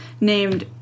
named